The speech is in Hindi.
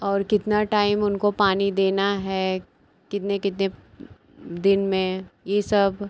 और कितना टाइम उनको पानी देना है कितने कितने दिन में यह सब